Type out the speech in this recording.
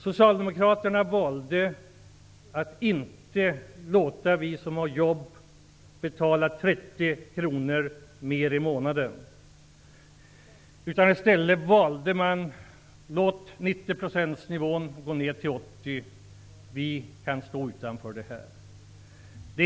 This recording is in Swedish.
Socialdemokraterna valde att inte låta oss som har jobb betala 30 kr mer i månaden. I stället valde man att låta 90-procentsnivån gå ner till 80 %. Vi kan stå utanför det förslaget.